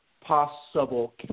possible